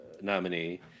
nominee